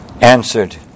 answered